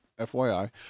FYI